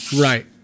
right